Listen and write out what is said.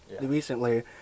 recently